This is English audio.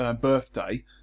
birthday